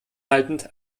haltend